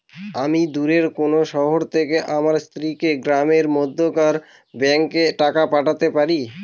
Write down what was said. আমি দূরের কোনো শহর থেকে আমার স্ত্রীকে গ্রামের মধ্যেকার ব্যাংকে টাকা পাঠাতে পারি?